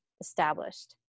established